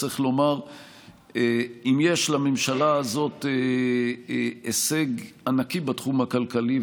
צריך לומר שאם יש לממשלה הזו הישג ענקי בתחום הכלכלי,